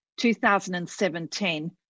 2017